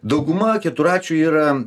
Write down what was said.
dauguma keturračių yra